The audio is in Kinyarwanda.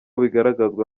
bigaragazwa